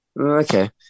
okay